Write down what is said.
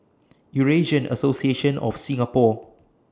Eurasian Association of Singapore